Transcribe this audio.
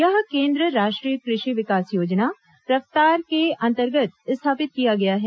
यह केन्द्र राष्ट्रीय कृषि विकास योजना रफ्तार के अंतर्गत स्थापित किया गया है